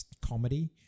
comedy